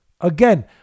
again